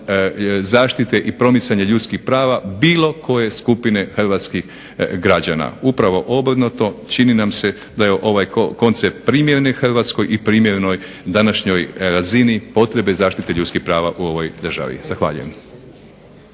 zaštite i promicanje ljudskih prava bilo koje skupine hrvatskih građana. Upravo obrnuto, čini nam se da je ovaj koncept primjeren Hrvatskoj i primjeren današnjoj razini potrebe zaštite ljudskih prava u ovoj državi. Zahvaljujem.